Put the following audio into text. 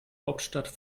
hauptstadt